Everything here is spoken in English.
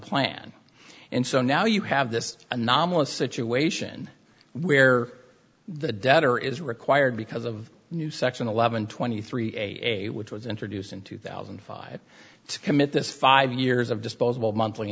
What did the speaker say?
plan and so now you have this anomalous situation where the debtor is required because of a new section eleven twenty three a which was introduced in two thousand and five to commit this five years of disposable monthly